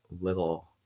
little